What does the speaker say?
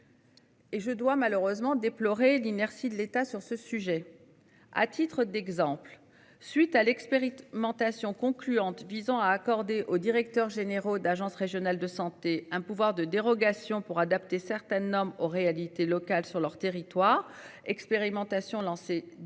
Et je dois malheureusement déplorer l'inertie de l'État sur ce sujet. À titre d'exemple, suite à l'expérimentation concluante visant à accorder aux directeurs généraux d'agences régionales de santé un pouvoir de dérogation pour adapter certaines normes aux réalités locales sur leur territoire expérimentation lancée dès